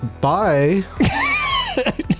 bye